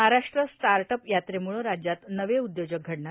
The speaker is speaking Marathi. महाराष्ट्र स्टार्टअप यात्रेमुळं राज्यात नवे उद्योजक घडणार